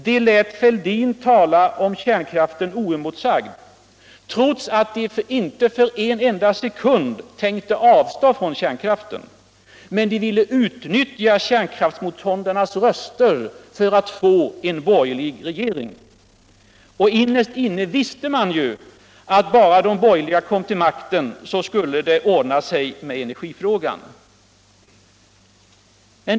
De lät herr Fälldin tala mot kärnkraften oemotsagd, trots att de inte för en enda sekund tänkte avstå från kärnkraften. Men de ville utnyttja kärnkraftsmotståndarnas röster för att få en borgerlig regering. Innerst inne visste man ju att bara de borgerliga kom till makten skulle det ordna sig med energifrågan.